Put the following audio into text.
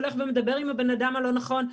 שהוא הולך ומדבר עם הבן אדם הלא נכון,